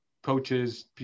Coaches